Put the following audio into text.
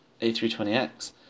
A320X